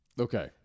Okay